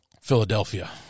philadelphia